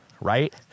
right